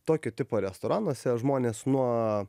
tokio tipo restoranuose žmonės nuo